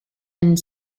and